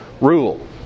rule